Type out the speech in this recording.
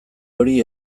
hori